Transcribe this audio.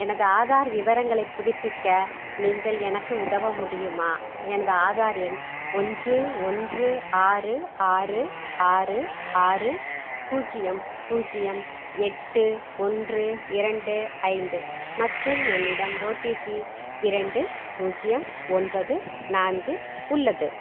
எனது ஆதார் விவரங்களைப் புதுப்பிக்க நீங்கள் எனக்கு உதவ முடியுமா எனது ஆதார் எண் ஒன்று ஒன்று ஆறு ஆறு ஆறு ஆறு பூஜ்ஜியம் பூஜ்ஜியம் எட்டு ஒன்று இரண்டு ஐந்து மற்றும் என்னிடம் ஓடிபி இரண்டு பூஜ்ஜியம் ஒன்பது நான்கு உள்ளது